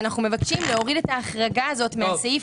אנו מבקשים להוריד את החרגה הזו מהסעיף